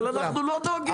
אבל אנחנו לא דואגים לאזרח.